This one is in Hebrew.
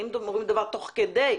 האם אומרים דבר מסוים תוך כדי,